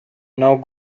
now